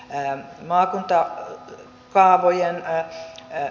tänään maan ja kaavojen he varaan